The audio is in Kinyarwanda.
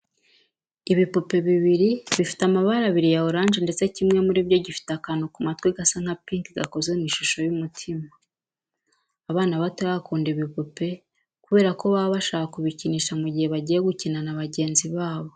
Ibipupe bibiri bifite amabara abiri ya oranje ndetse kimwe muri byo gifite akantu ku matwi gasa nka pinki gakoze mu ishusho y'umutima. Abana batoya bakunda ibipupe kubera ko baba bashaka kubikinisha mu gihe bagiye gukina na bagenzi babo.